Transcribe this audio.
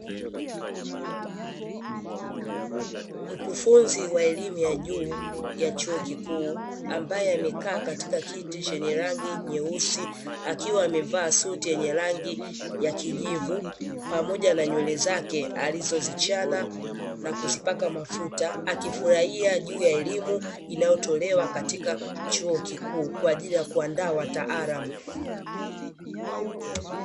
Mkufunzi wa elimu ya juu ya chuo kikuu, ambaye amekaa katika kiti chenye rangi nyeusi, akiwa amevaa suti yenye rangi ya kijivu pamoja na nywele zake alizozichana na kuzipaka mafuta. Akifurahia juu ya elimu inayotolewa katika chuo kikuu kwa ajili ya kuandaa wataalamu.